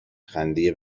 خنده